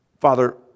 Father